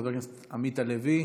את חבר הכנסת עמית הלוי,